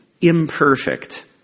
imperfect